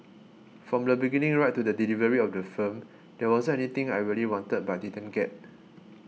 from the beginning right to the delivery of the film there wasn't anything I really wanted but didn't get